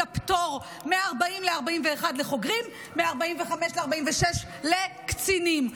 הפטור מ-40 ל-41 לחוגרים ומ-45 ל-46 לקצינים.